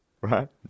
Right